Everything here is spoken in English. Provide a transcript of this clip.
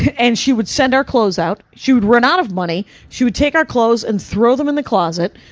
and she would send our clothes out. she would run out of money, she would take our clothes and throw them in the closet.